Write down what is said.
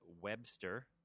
Webster